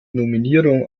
nominierung